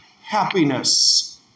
happiness